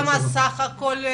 כמה סך הכול?